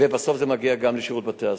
ובסוף זה מגיע גם לשירות בתי-הסוהר.